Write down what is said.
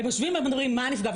הם יושבים ואז אומרים: מה הנפגע,